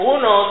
Uno